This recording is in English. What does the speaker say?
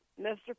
Mr